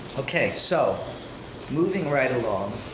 okay, so moving right along.